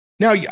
Now